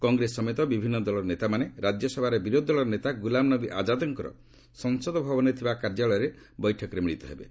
କଂଗ୍ରେସ ସମେତ ବିଭିନ୍ନ ଦଳର ନେତାମାନେ ରାଜ୍ୟସଭାରେ ବିରୋଧୀ ଦଳର ନେତା ଗୁଲାମନବୀ ଆଜାଦ୍ଙ୍କର ସଂସଦ ଭବନରେ ଥିବା କାର୍ଯ୍ୟାଳୟରେ ବୈଠକରେ ମିଳିତ ହେବେ